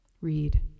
read